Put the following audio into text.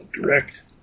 direct